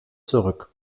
zurück